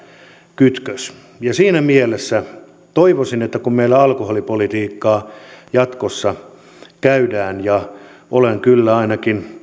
kytkös ja siinä mielessä toivoisin että kun meillä alkoholipolitiikkaa jatkossa käsitellään ja olen kyllä ainakin